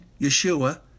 Yeshua